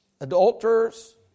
adulterers